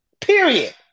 Period